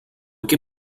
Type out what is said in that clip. que